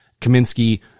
Kaminsky